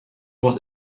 was